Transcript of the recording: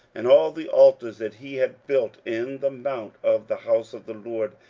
and all the altars that he had built in the mount of the house of the lord,